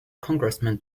congressman